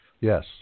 yes